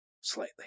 slightly